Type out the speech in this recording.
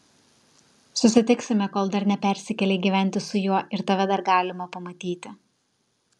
susitiksime kol dar nepersikėlei gyventi su juo ir tave dar galima pamatyti